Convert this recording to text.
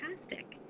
fantastic